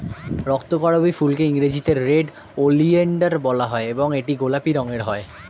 রক্তকরবী ফুলকে ইংরেজিতে red oleander বলা হয় এবং এটি গোলাপি রঙের হয়